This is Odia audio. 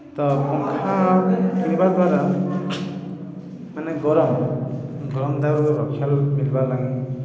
ତ ପଙ୍ଖା କିଣ୍ବାର୍ ଦ୍ଵାରା ମାନେ ଗରମ୍ ଗରମ୍ ଦାଉରୁ ରକ୍ଷାରୁ ପିନ୍ଧ୍ବା ଲାଗି